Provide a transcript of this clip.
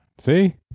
See